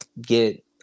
get